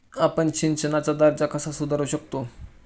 आपण सिंचनाचा दर्जा कसा सुधारू शकतो?